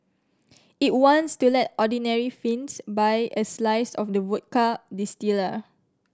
it wants to let ordinary Finns buy a slice of the vodka distiller